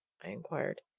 i inquired.